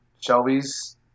Shelby's